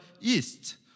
east